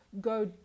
go